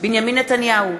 בנימין נתניהו,